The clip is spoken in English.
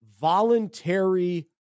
voluntary